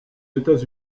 états